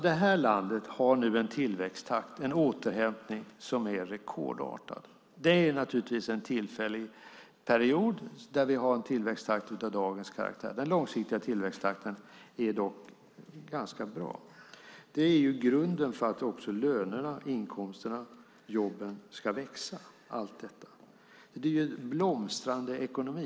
Det här landet har nu en tillväxttakt, en återhämtning, som är rekordartad. Det är naturligtvis en tillfällig period där vi har en tillväxttakt av dagens karaktär. Den långsiktiga tillväxttakten är dock ganska bra. Detta är grunden för att också lönerna, inkomsten och jobben ska växa. Det är en blomstrande ekonomi.